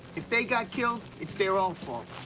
if they got killed it's their own fault.